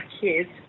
kids